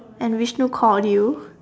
and Vishnu called you